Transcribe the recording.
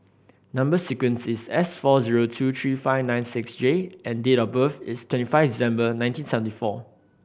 number sequence is S four zero two three five nine six J and date of birth is twenty five December nineteen seventy four